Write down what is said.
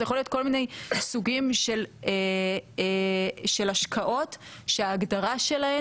זה יכול להיות כל מיני סוגים של השקעות שההגדרה שלהן